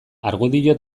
argudio